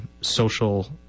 social